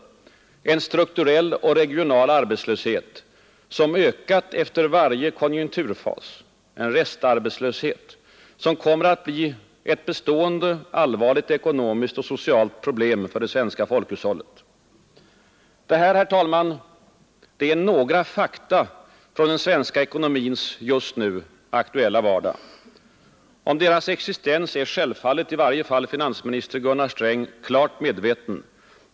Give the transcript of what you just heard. En strukturell och regional arbetslöshet, som ökat efter varje konjunkturfas, en restarbetslöshet som kommer att bli ett bestående allvarligt ekonomiskt och socialt problem för det svenska folkhushållet. Detta, herr talman, är några fakta från den svenska ekonomins just nu aktuella vardag. Om deras existens är självfallet i varje fall finansminister Gunnar Sträng klart medveten.